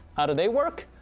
how do they work,